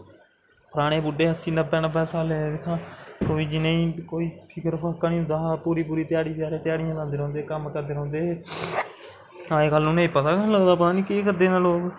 परानें बुड्ढ़े अस्सी नब्बें नब्बें सालें दे दिक्खो कोई जि'नें गी फिकर फाक्का नेईंं होंदा हा पूरी ध्याड़ी बचारे ध्याह्ड़ियां लांदे रौंह्दे हे कम्म करदे रौंह्दे हे अज कल उनेंगी पता गै नी लगदा पता निं केह् करदे न लोग